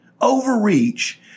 Overreach